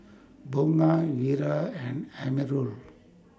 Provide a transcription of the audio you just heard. Bunga Wira and Amirul